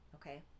Okay